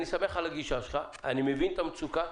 אני שמח על הגישה שלך, אני מבין את המצוקה,